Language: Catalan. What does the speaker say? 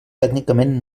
tècnicament